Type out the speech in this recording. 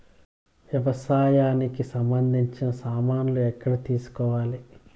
వ్యవసాయానికి సంబంధించిన సామాన్లు ఎక్కడ తీసుకోవాలి?